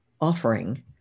offering